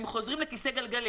הם חוזרים אחורנית לכיסא גלגלים.